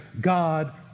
God